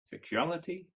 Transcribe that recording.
sexuality